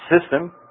system